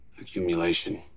accumulation